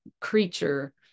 creature